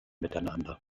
miteinander